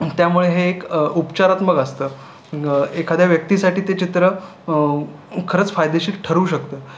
त्यामुळे हे एक उपचारात्मक असतं एखाद्या व्यक्तीसाठी ते चित्र खरंच फायदेशीर ठरू शकतं